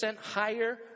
higher